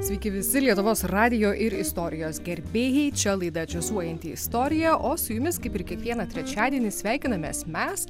sveiki visi lietuvos radijo ir istorijos gerbėjai čia laida džiazuojanti istorija o su jumis kaip ir kiekvieną trečiadienį sveikinamės mes